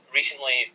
recently